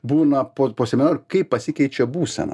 būna po po seminaro kaip pasikeičia būsena